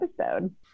episode